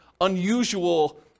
unusual